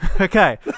Okay